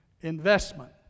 investment